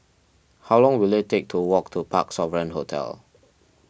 how long will it take to walk to Parc Sovereign Hotel